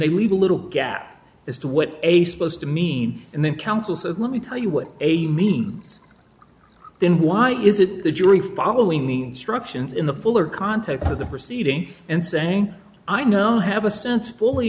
they leave a little gap as to what a supposed to mean and then counsel says let me tell you what a means then why is it the jury following the instructions in the fuller context of the proceeding and saying i know have a sense fully